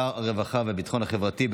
הסעיף הראשון על סדר-היום הוא,